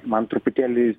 man truputėlį